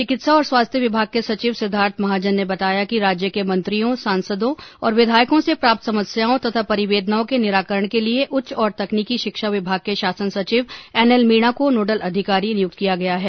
चिकित्सा और स्वास्थ्य विभाग के सचिव सिद्धार्थ महाजन ने बताया कि राज्य के मंत्रियों सांसदो और विधायकों से प्राप्त समस्याओं तथा परिवेदनाओं के निराकरण के लिए उच्च और तकनीकी शिक्षा विभाग के शासन सचिव एन एल मीणा को नोडल अधिकारी नियुक्त किया गया है